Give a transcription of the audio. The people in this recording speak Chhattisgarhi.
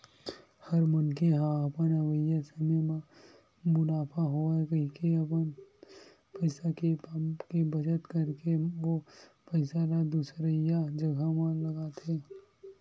हर मनखे ह अपन अवइया समे म मुनाफा होवय कहिके अपन पइसा के बचत करके ओ पइसा ल दुसरइया जघा म लगाथे